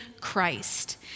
Christ